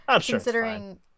Considering